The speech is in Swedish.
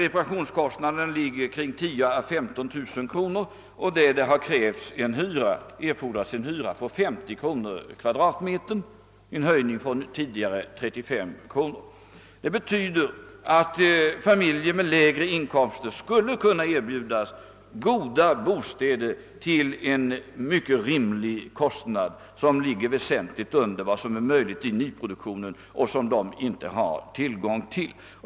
Reparationskostnaderna ligger på 10 000 å 15 000 kronor, och det erfordras en hyra på 50 kronor per kvadratmeter i stället för 35 kronor. Detta betyder att familjer med lägre inkomster skulle kunna erbjudas goda bostäder till en mycket rimlig kostnad — väsentligt under vad som är möjligt i nyproduktionen, vilken de inte har tillgång till.